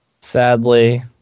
Sadly